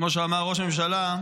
כמו שאמר ראש הממשלה,